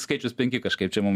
skaičius penki kažkaip čia mum